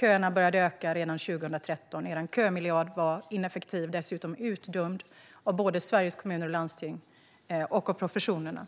Köerna började öka redan 2013. Er kömiljard var ineffektiv och dessutom utdömd både av Sveriges Kommuner och Landsting och av professionerna.